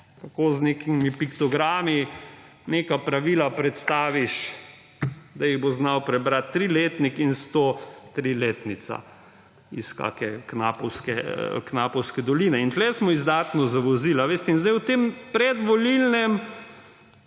z nekimi piktogrami neka pravila predstaviš, da jih bo znal prebrati triletnik in stotriletnica iz kake knapovske doline. In tukaj smo izdatno zavozili. Zdaj v tem predvolilnem